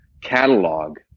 catalog